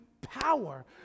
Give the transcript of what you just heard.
power